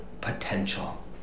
potential